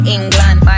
England